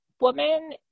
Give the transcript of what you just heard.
woman